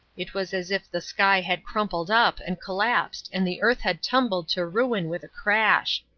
it was as if the sky had crumpled up and collapsed and the earth had tumbled to ruin with a crash.